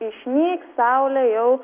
išnyks saulė jau